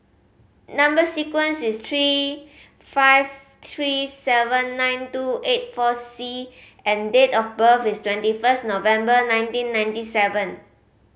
number sequence is three five three seven nine two eight four C and date of birth is twenty first November nineteen ninety seven